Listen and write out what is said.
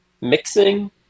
mixing